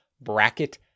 bracket